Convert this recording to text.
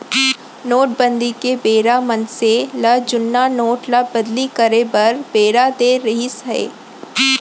नोटबंदी के बेरा मनसे ल जुन्ना नोट ल बदली करे बर बेरा देय रिहिस हे